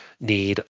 need